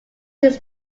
his